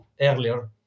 earlier